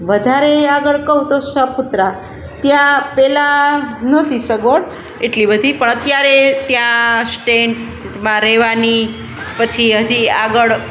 વધારે આગળ કહું તો સાપુતારા ત્યાં પહેલાં નહોતી સગવડ એટલી બધી પણ અત્યારે ત્યાં ટેન્ટમાં રહેવાની પછી હજી આગળ